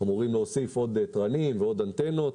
אמורים להוסיף עוד תרנים ועוד אנטנות.